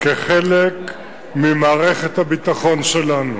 כחלק ממערכת הביטחון שלנו.